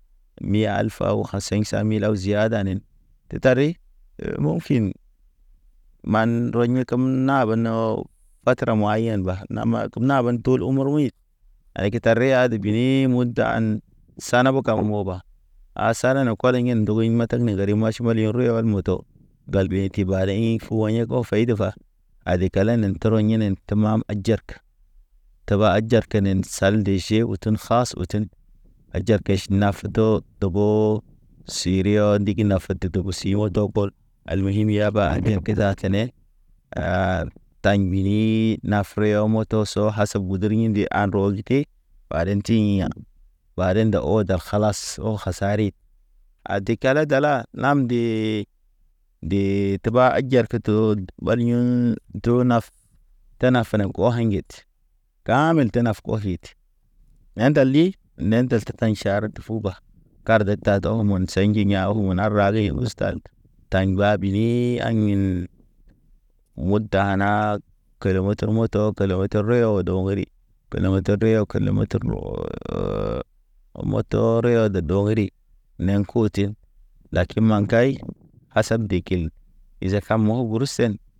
Miɲal fa o 500 000 o ziada nen tetari mɔŋkin. Man rɔɲekem nabeno batra mɔɲen ɓa nama to nabentu Tul umur wuyid, ayeke tareya de bini mu dan sana ɓo kam mo ɓa. A sana ne kolḛŋ i ndogoi matek ne geri maʃ ɓa, molirɔŋ moto gal biyento bari info O ɔɲ fayde ade kala trɔhini te mam ajerke teɓa hahjer ten ne sal. Tall dejee utun khas utun. Hajer kaiʃ nappe dobooo. Siriyɔ ndigi na fa dede siɲɔl degɔl. Alme yim yaba ate ke daten. Taɲ mbili na freyo moto to so hasab gudru ɲi de ha rɔ gete, baten ti ɲiɲan. Baɗen da o dal kalas. O kasa rid ade kala dala, nam dee teɓa azar ke to ɓal yḛ. To naf, tane fane o haŋged kamel tenaf hɔkid. Yandal li, nendal te kaɲ ʃar te fuba. Kar də ta dɔhɔmɔn sey ndi ɲa u na ra e ustal. Taɲ ba bili aɲin, mud danag kele motor moto, kele motor reyo odo ŋgoɗi, kele motor reyo, kele motor re. To riyɔ de dogri nḛko tin, lakin makay asab dekil izakamə gursen.